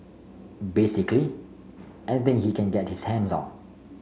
basically anything he can get his hands on